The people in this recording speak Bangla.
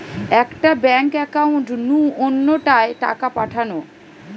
একটা ব্যাঙ্ক একাউন্ট নু অন্য টায় টাকা পাঠানো